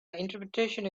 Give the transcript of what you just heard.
interpretation